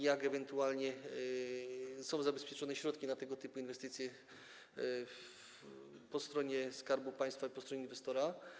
Jak ewentualnie są zabezpieczone środki na tego typu inwestycje po stronie Skarbu Państwa i po stronie inwestora?